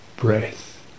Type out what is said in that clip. breath